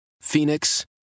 Phoenix